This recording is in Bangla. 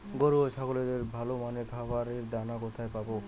গরু ও ছাগলের ভালো মানের খাবারের দানা কোথায় পাবো?